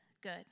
good